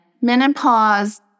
menopause